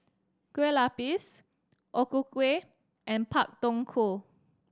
Kueh Lapis O Ku Kueh and Pak Thong Ko